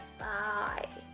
bye